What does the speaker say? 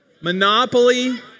Monopoly